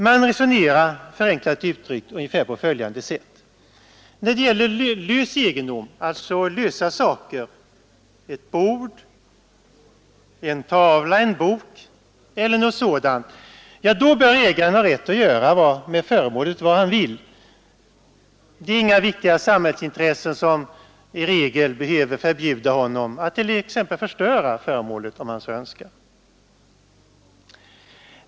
Man resonerade, förenklat uttryckt, ungefär på följande sätt: När det gäller lös egendom, alltså lösa saker, ett bord, en tavla, en bok eller något sådant, då bör ägaren ha rätt att göra med föremålet vad han vill. I regel är det inga viktiga samhällsintressen som behöver förbjuda honom att t.ex. förstöra föremålet om han så önskar.